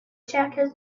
jacket